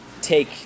take